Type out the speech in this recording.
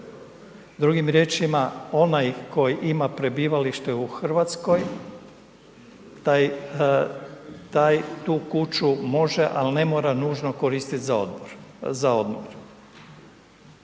Drugim riječima onaj koji ima prebivalište u Hrvatskoj taj, taj tu kuću može ali ne mora nužno koristiti za odmor.